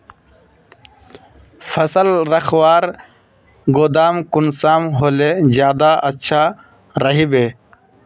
फसल रखवार गोदाम कुंसम होले ज्यादा अच्छा रहिबे?